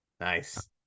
nice